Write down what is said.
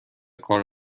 کار